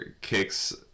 kicks